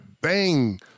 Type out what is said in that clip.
bang